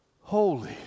holy